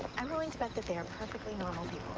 i'm willing to bet that they are perfectly normal people.